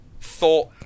thought